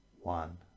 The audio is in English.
One